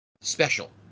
special